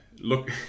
Look